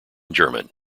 german